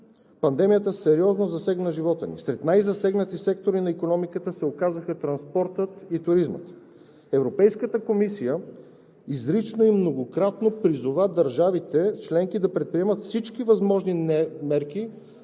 Пандемията сериозно засегна живота ни. Сред най-засегнати сектори на икономиката се оказаха транспортът и туризмът. Европейската комисия изрично, многократно призова държавите членки да предприемат всички възможни мерки